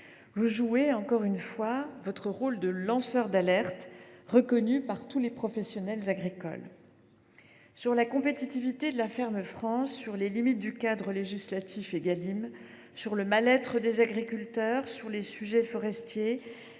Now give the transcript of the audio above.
vous jouez encore une fois votre rôle de lanceur d’alerte reconnu par tous les professionnels agricoles. Sur la compétitivité de la ferme France, sur les limites du cadre législatif Égalim, sur le mal être des agriculteurs, sur les sujets forestiers,